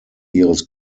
ihres